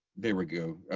there we go.